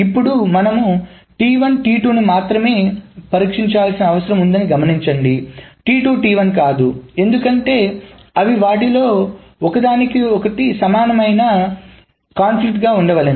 ఇప్పుడు మనము ను మాత్రమే పరీక్షించాల్సిన అవసరం ఉందని గమనించండి కాదు ఎందుకంటే అవి వాటిలో ఒకదానికి సమానమైన సంఘర్షణగా ఉండవలెను